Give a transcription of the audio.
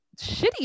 shitty